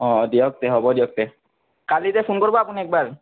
অঁ দিয়ক তে হ'ব দিয়ক তে কালি যে ফোন কৰ্ব একবাৰ